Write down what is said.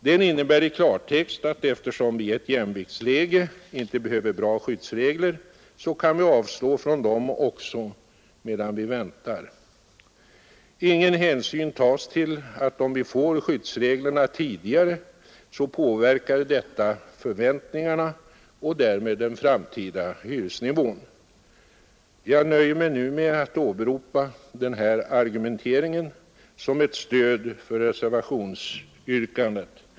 Den innebär i klartext att eftersom vi i ett jämviktsläge inte behöver bra skyddsregler, så kan vi avstå från dem också medan vi väntar. Ingen hänsyn tas till att om vi får skyddsreglerna tidigare, så påverkar detta förväntningarna och därmed den framtida hyresnivån. Jag nöjer mig nu med att åberopa den här argumenteringen som ett stöd för reservationsyrkandet.